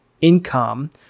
income